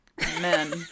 men